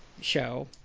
show